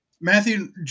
Matthew